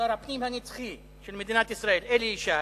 שר הפנים הנצחי של מדינת ישראל, אלי ישי,